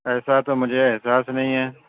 ایسا تو مجھے احساس نہیں ہیں